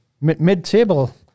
mid-table